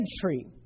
tree